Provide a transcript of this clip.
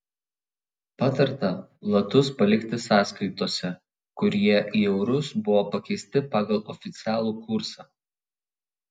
patarta latus palikti sąskaitose kur jie į eurus buvo pakeisti pagal oficialų kursą